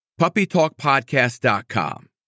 PuppyTalkPodcast.com